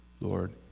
Lord